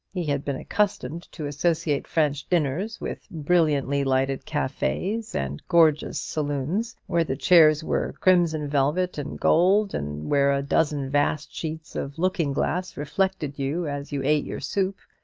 he had been accustomed to associate french dinners with brilliantly lighted cafes and gorgeous saloons, where the chairs were crimson velvet and gold, and where a dozen vast sheets of looking-glass reflected you as you ate your soup.